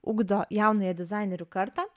ugdo jaunąją dizainerių kartą